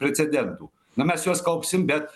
precedentų na mes juos kaupsim bet